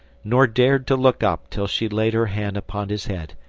nor dared to look up until she laid her hand upon his head.